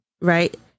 right